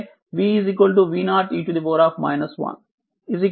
368 v0 అవుతుంది